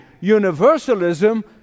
Universalism